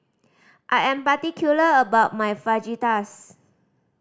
I am particular about my Fajitas